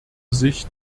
sich